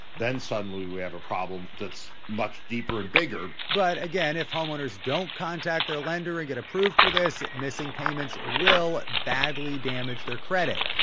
then suddenly we have a problem that's much deeper and bigger but again, if homeowners don't contact their lender and get approved for this, missing payments will badly damage their credit.